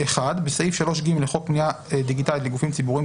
"(1)בסעיף 3ג לחוק פנייה דיגיטלית לגופים ציבוריים,